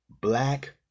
black